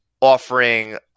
offering